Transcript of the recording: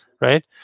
Right